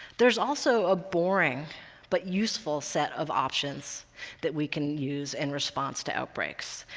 there's also a boring but useful set of options that we can use in response to outbreaks,